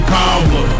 power